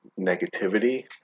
negativity